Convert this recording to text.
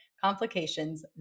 complications